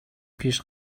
پیش